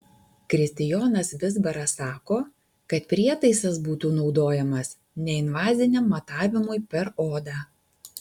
kristijonas vizbaras sako kad prietaisas būtų naudojamas neinvaziniam matavimui per odą